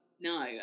No